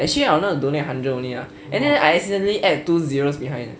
actually I wanted to donate hundred only ah and then I accidentally add two zeroes behind eh